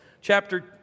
chapter